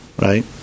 right